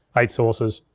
eight sources.